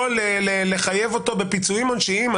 יכול לחייב אותו בפיצויים עונשיים.